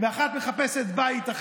חברת כנסת אחרת מחפשת לה בית.